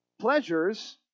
pleasures